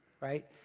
right